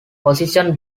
position